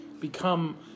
become